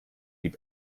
die